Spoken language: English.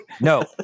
No